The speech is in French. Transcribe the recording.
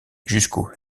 jusqu’aux